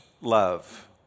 love